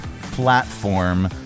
platform